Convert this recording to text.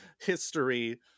history